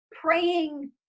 praying